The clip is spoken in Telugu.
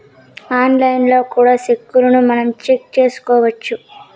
ఆన్లైన్లో కూడా సెక్కును మనం చెక్ చేసుకోవచ్చు